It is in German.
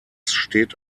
steht